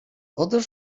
other